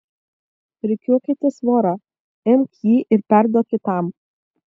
rikiuokitės vora imk jį ir perduok kitam